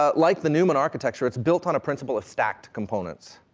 ah like the neumann architecture, it's built on a principle of stacked components,